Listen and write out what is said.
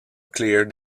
clear